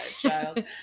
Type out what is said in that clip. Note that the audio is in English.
child